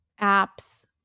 apps